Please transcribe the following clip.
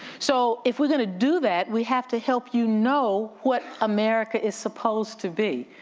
so if we're gonna do that, we have to help you know what america is supposed to be.